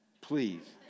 Please